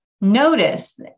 notice